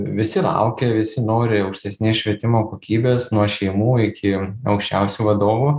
visi laukia visi nori aukštesnės švietimo kokybės nuo šeimų iki aukščiausių vadovų